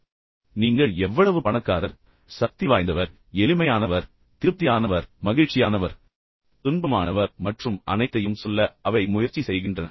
நீங்கள் எந்த வகையான நபர் எவ்வளவு பணக்காரர் எவ்வளவு சக்தி வாய்ந்தவர் எவ்வளவு எளிமையானவர் எவ்வளவு திருப்தியானவர் எவ்வளவு மகிழ்ச்சியானவர் எவ்வளவு துன்பமானவர் மற்றும் அனைத்தையும் சொல்ல அவை அனைத்தும் முயற்சி செய்கின்றன